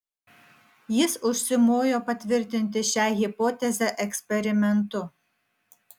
jis užsimojo patvirtinti šią hipotezę eksperimentu